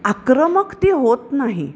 आक्रमक ती होत नाही